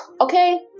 Okay